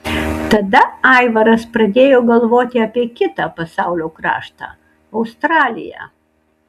tada aivaras pradėjo galvoti apie kitą pasaulio kraštą australiją